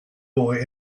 boy